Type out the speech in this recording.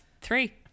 three